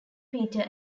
peter